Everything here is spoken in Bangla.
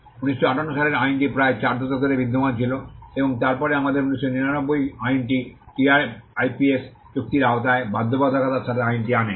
1958 সালের আইনটি প্রায় চার দশক ধরে বিদ্যমান ছিল এবং তারপরে আমাদের 1999 আইনটি টিআরআইপিএস চুক্তির আওতায় বাধ্যবাধকতার সাথে আইনটি আনে